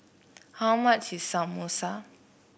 how much is Samosa